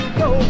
go